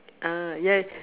ah yes